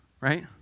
right